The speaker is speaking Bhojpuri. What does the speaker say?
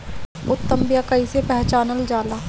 उत्तम बीया कईसे पहचानल जाला?